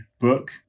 book